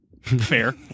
fair